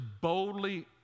boldly